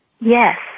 Yes